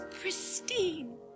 pristine